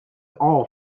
all